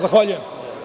Zahvaljujem.